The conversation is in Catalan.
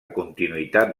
continuïtat